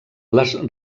les